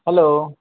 hello